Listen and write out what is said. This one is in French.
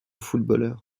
footballeur